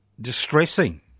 distressing